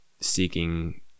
seeking